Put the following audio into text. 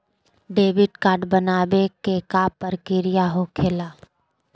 Debit card बनवाने के का प्रक्रिया होखेला?